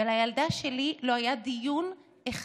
ועל הילדה שלי לא היה דיון אחד,